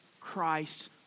Christ